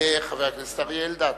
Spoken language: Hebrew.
יהיה חבר הכנסת אריה אלדד.